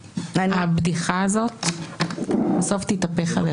הבדיחה הזאת בסוף תתהפך עליך.